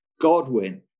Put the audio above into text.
Godwin